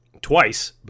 twice